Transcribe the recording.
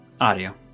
Audio